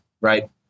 right